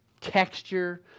texture